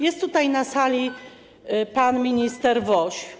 Jest tutaj na sali pan minister Woś.